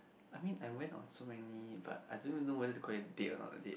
I mean I went on so many but I don't even know whether to call it a date or not a date